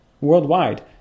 worldwide